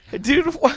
Dude